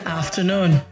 afternoon